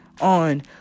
on